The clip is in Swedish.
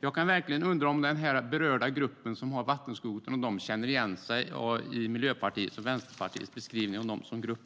Jag kan verkligen undra om den berörda gruppen, de som har vattenskoter, känner igen sig i Miljöpartiets och Vänsterpartiets beskrivning av dem som grupp.